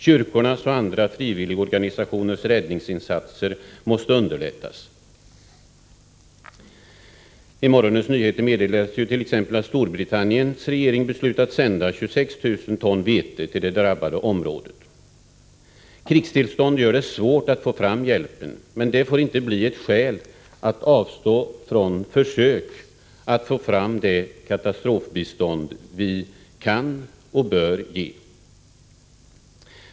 Kyrkornas och även andra frivilliga organisationers räddningsinsatser måste underlättas. I morgonens nyheter meddelades t.ex. att Storbritanniens regering beslutat sända 26 000 ton vete till det drabbade området. Krigstillstånd gör det svårt att få fram hjälpen. Men det får inte utgöra ett skäl för att avstå från försök att få fram det katastrofbistånd vi kan och bör ge.